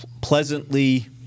pleasantly